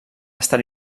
estar